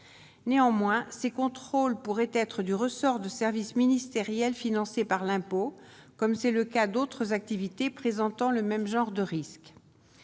néanmoins ces contrôles pourraient être du ressort de services ministériels, financée par l'impôt, comme c'est le cas d'autres activités présentant le même genre de risques